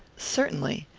certainly.